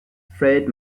fred